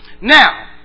now